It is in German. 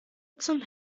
zum